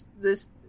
this-